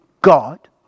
God